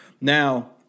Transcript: Now